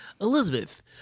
elizabeth